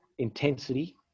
intensity